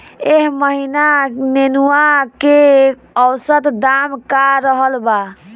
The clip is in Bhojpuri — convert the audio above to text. एह महीना नेनुआ के औसत दाम का रहल बा?